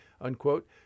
unquote